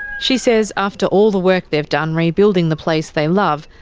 she says after all the work they've done rebuilding the place they love,